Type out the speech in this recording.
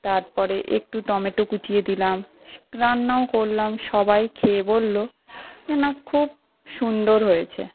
তারপরে একটু টমেটো কুচিয়ে দিলাম রান্নাও করলাম সবাই খেয়ে বলল না খুব সুন্দর হয়েছে